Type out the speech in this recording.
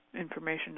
information